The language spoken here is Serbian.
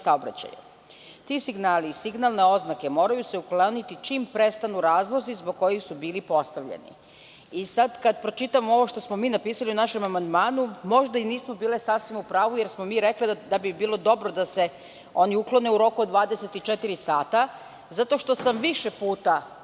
Ti signali i signalne oznake moraju se ukloniti čim prestanu razlozi zbog kojih su bili postavljeni“ i sad kad pročitamo ovo što smo mi napisali u našem amandmanu, možda i nismo bile sasvim u pravu, jer smo mi rekle da bi bilo dobro da se oni uklone u roku od 24 sata zato što sam više puta doživela